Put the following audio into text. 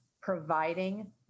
providing